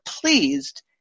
pleased